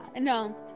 No